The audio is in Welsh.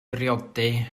briodi